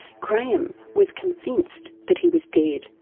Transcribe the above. grahame was convinced that he was dead.